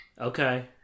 okay